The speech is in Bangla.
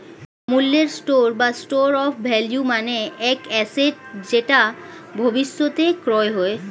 মূল্যের স্টোর বা স্টোর অফ ভ্যালু মানে এক অ্যাসেট যেটা ভবিষ্যতে ক্রয় হয়